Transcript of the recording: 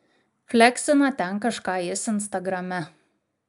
fleksina ten kažką jis instagrame